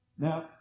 Now